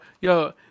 yo